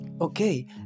Okay